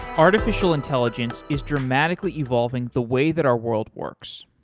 artificial intelligence is dramatically evolving the way that our world works,